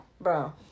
Bro